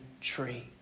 tree